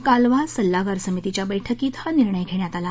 कालवा सल्लागार समितीच्या बैठकीत हा निर्णय घेण्यात आला